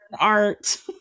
art